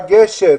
לגשת.